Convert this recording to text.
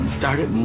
started